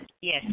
Yes